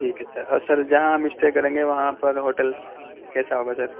ٹھیک ہے سر اور سر جہاں ہم اسٹے کریں گے وہاں پر ہوٹل کیسا ہوگا سر